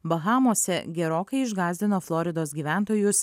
bahamose gerokai išgąsdino floridos gyventojus